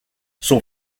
son